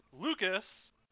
Lucas